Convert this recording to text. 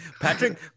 Patrick